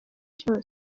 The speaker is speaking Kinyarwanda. cyose